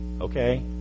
Okay